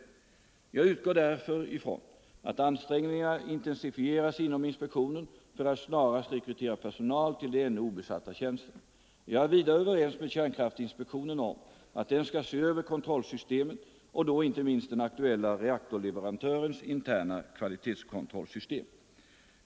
Jag utgår därför ifrån att ansträngningarna intensifieras inom inspek tionen för att snarast rekrytera personal till de ännu obesatta tjänsterna. Jag är vidare överens med kärnkraftinspektionen om att den skall se över kontrollsystemet och då inte minst den aktuella reaktorleverantörens interna kvalitetskontrollsystem.